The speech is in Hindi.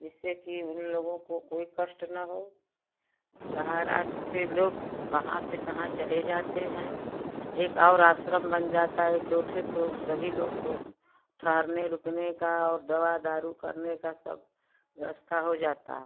जिससे कि उन लोगों को कोई कष्ट न हो सहारा से लोग कहाँ से कहाँ चले जाते हैं एक और आश्रम बन जाता एक दो ठे तो सभी लोग को ठहरने रुकने का और दवा दारू करने का सब व्यवस्था हो जाता